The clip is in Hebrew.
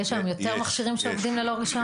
יש היום יותר מכשירים שעובדים ללא רישיון?